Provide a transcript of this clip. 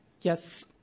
Yes